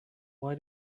why